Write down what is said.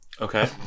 Okay